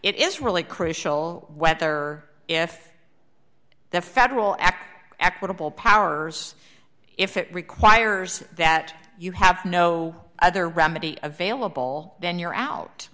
it is really crucial whether if the federal act equitable powers if it requires that you have no other remedy available then you're